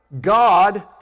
God